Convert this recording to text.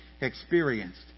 experienced